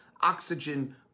oxygen